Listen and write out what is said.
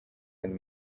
and